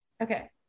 Okay